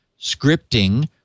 scripting